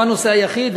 זה לא הנושא היחיד,